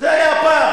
זה היה הפער.